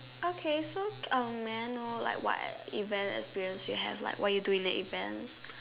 okay so um may I know like what event experience you have like what you do in the event